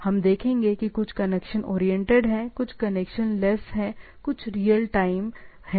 हम देखेंगे कि कुछ कनेक्शन ओरिएंटेड हैं कुछ कनेक्शन लेस हैं कुछ रियल टाइम प्रोटोकॉल हैं